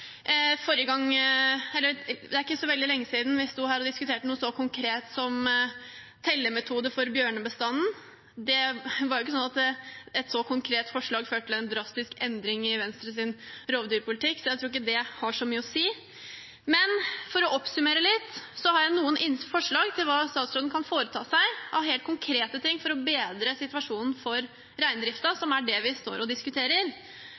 Det er ikke så veldig lenge siden vi sto her og diskuterte noe så konkret som tellemetoder for bjørnebestanden. Det var ikke sånn at et så konkret forslag førte til en drastisk endring i Venstres rovdyrpolitikk. Jeg tror ikke det har så mye å si. Men for å oppsummere litt har jeg noen forslag til hva statsråden kan foreta seg av helt konkrete ting for å bedre situasjonen for reindriften, som er det vi står og diskuterer.